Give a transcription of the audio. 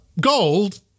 gold